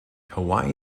hawaii